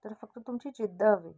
तर फक्त तुमची जिद्द हवी